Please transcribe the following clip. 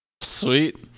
sweet